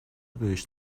بهش